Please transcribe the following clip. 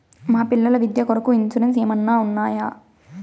మా పిల్లల విద్య కొరకు ఇన్సూరెన్సు ఏమన్నా ఉన్నాయా?